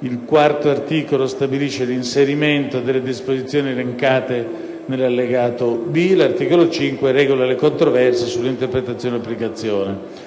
L'articolo 4 stabilisce l'inserimento delle disposizioni elencate nell'allegato B. L'articolo 5 regola le controversie sull'interpretazione o l'applicazione.